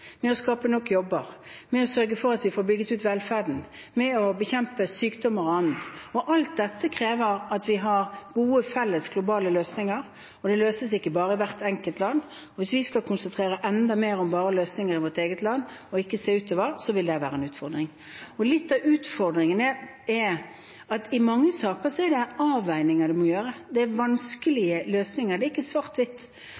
å skape nok jobber, for å sørge for at vi får bygget ut velferden, for å bekjempe sykdommer og annet. Alt dette krever at vi har gode, felles, globale løsninger – det løses ikke bare i hvert enkelt land. Hvis vi skal konsentrere det enda mer om bare løsninger i vårt eget land og ikke se utover, vil det være en utfordring. Litt av utfordringen er at i mange saker er det avveininger man må gjøre. Det er